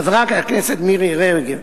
חברת הכנסת מירי רגב,